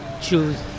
choose